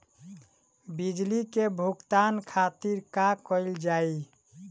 बिजली के भुगतान खातिर का कइल जाइ?